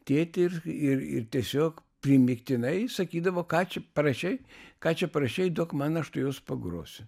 tėtį ir ir ir tiesiog primygtinai sakydavo ką čia parašei ką čia parašei duok man aš tuojaus pagrosiu